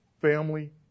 family